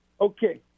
Okay